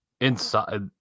Inside